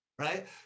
Right